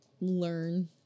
learn